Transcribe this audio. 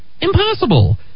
Impossible